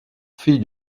fille